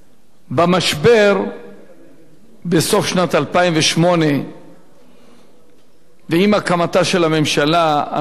במשבר בסוף 2008 ועם הקמתה של הממשלה הנוכחית